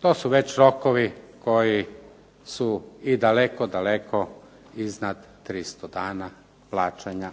To su već rokovi koji su i daleko i daleko iznad 300 dana plaćanja.